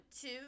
two